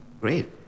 Great